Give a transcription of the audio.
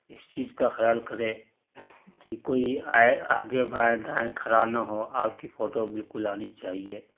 اس چیز کا خیال کرے کہ کوئی آئے آگے بائیں دائیں کھڑا نہ ہو آپ کی فوٹو بالکل آنی چاہیے